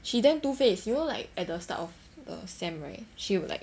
she damn two face you know like at the start of the sem right she would like